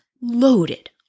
loaded